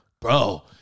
bro